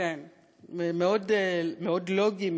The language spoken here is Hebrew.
מאוד לוגי,